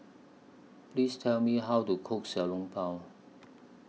Please Tell Me How to Cook Xiao Long Bao